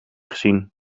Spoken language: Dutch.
gezien